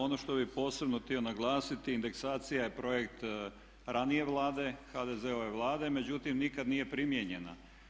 Ono što bih posebno htio naglasiti indeksacija je projekt ranije Vlade, HDZ-ove Vlade, međutim nikad nije primijenjena.